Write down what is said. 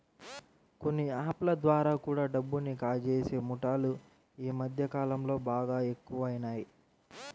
కొన్ని యాప్ ల ద్వారా కూడా డబ్బుని కాజేసే ముఠాలు యీ మద్దె కాలంలో బాగా ఎక్కువయినియ్